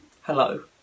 Hello